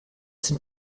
sind